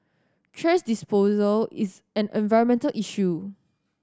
thrash disposal is an environmental issue